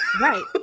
Right